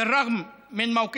כלומר אליך, סגן שר האוצר,